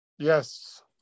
Yes